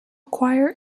choir